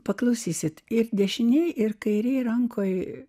paklausysite ir dešinėje ir kairėje rankoje